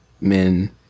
men